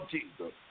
Jesus